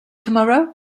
tomorrow